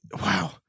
Wow